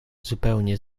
zupełnie